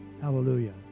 Hallelujah